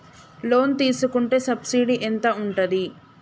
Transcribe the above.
Loan తీసుకుంటే subsidy ఎంత ఉంటది?